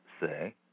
say